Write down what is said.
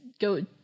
go